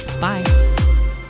Bye